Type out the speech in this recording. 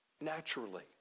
naturally